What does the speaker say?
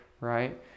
right